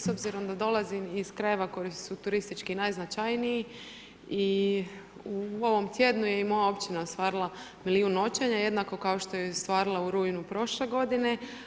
S obzirom da dolazim iz krajeva koji su turistički najznačajniji i u ovom tjednu je i moja općina ostvarila milijun noćenja, jednako kao što je ostvarila u rujnu prošle godine.